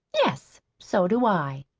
yes, so do i,